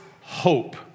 hope